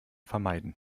vermeiden